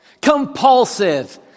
Compulsive